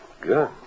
Good